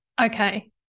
Okay